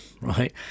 right